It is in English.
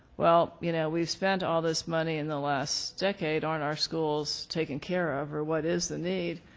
well, you know, we've spent all this money in the last decade on our schools taking care of or what is the need,